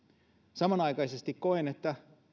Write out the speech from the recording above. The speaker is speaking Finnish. samanaikaisesti koen että